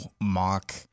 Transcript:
mock